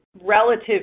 relative